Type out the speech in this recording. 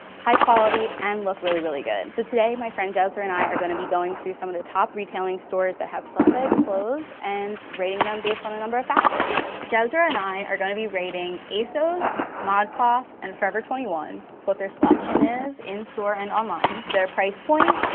high-quality, and look really, really good. so today, my friend jezra and i are gonna be going through some of the top retailing stores that have plus size clothes, and rating them based on a number of factors. jezra and i are gonna be rating asos, modcloth, and forever twenty one. what their selection is, in-store and online, their price point,